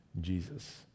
Jesus